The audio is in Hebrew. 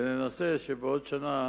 וננסה שבעוד שנה